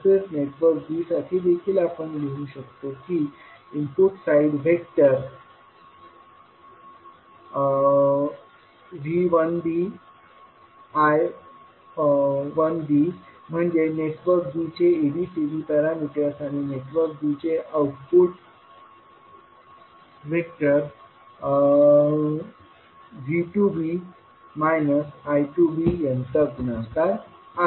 तसेच network b साठी देखील आपण लिहू शकतो की इनपुट साइड व्हेक्टरV1b I1b म्हणजे नेटवर्क b चे ABCD पॅरामीटर्स आणि नेटवर्क b चे आउटपुट व्हेक्टर V2b I2b यांचा गुणाकार आहे